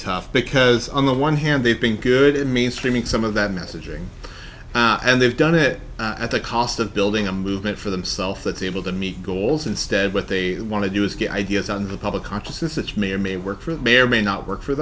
tough because on the one hand they've been good it means to make some of that messaging and they've done it at the cost of building a movement for themself that's able to meet goals instead what they want to do is get ideas on the public consciousness which may or may work for may or may not work for